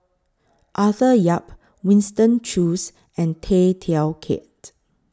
Arthur Yap Winston Choos and Tay Teow Kiat